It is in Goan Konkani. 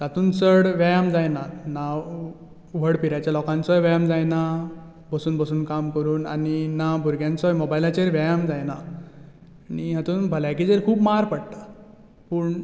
तातूंन चड व्यायाम जायना ना व्हड पिरायेच्या लोकांचोय व्यायाम जायना बसून बसून काम करून आनी ना भुरग्यांचो मोबायलाचेर व्यायाम जायना आनी हातूंन भलायकेचेर खूब मार पडटा पूण